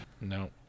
No